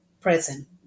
present